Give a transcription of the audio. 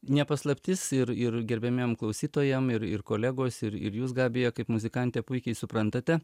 ne paslaptis ir ir gerbiamiem klausytojam ir ir kolegos ir ir jūs gabija kaip muzikantė puikiai suprantate